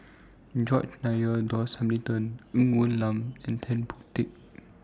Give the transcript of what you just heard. George Nigel Douglas Hamilton Ng Woon Lam and Tan Boon Teik